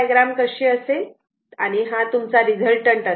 म्हणून याची phasor diagram कशी असेल आणि हा तुमचा रिझल्टंट असेल